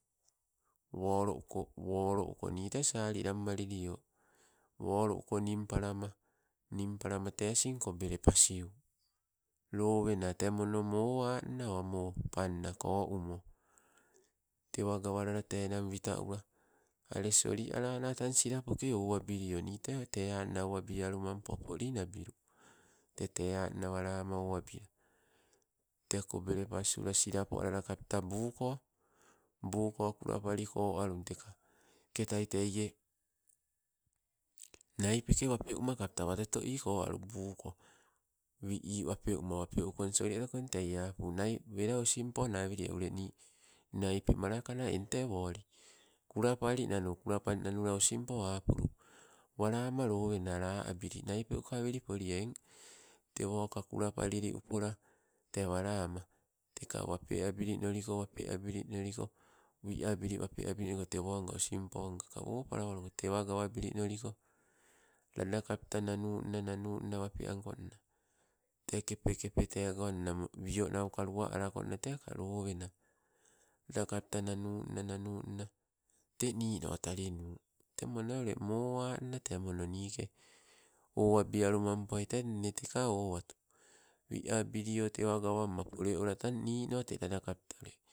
Wolo uko, wolo uko nii te sali lanmalilio wolo uko ninpalama- ninpalama tee asing kobele pasiu. Lowena tee mono mo anna, o mo panna ko umo, tewa gawalala te enang wifa ula ale solialana tang, silapoke owa bilio nite te anna owabialumampo poli nabilu. Tee anna walama owabila te kobele pas ula silapo alala kapta buko kula pali ko alun teke. Teketai teie naipeke wape uma kapta ko alu wi ii wape uma, wape ukon soli alitoko. Eng tei eh apu osim nawolie ule ni naipe malakana, eng te woli, kulapali nanu, kulapalinanulo osimpo apulu, walama lowena la abili naipe ukaweli polie eng tewoka kulapalili upola te walama teka wape abilinoliko wape abilinolike, wia bili wape abilinoliko tewo nga osimpo nga teka wopalawalu, tewa gawabilinoliko ladakapeta nanunna wape ankonna, te kepe- kepe tego nna wio nauka luwa alako nna teko lowena lada kapta nanunna- nannuna te nino talinu. Temo ne mo anna te mono ni ke owabialumampo te nne teka owatu. Wiabilio tewa gawamma pole ola tang nino telada kapta ule